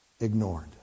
ignored